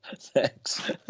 Thanks